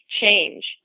change